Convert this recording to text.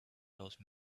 those